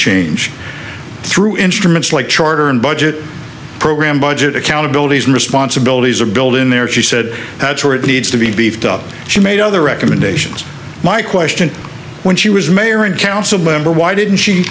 change through instruments like charter and budget program budget accountability and responsibilities are building there she said that's where it needs to be beefed up she made other recommendations my question when she was mayor and council member why didn't she